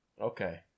Okay